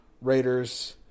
Raiders